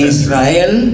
Israel